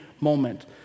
moment